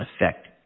effect